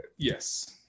Yes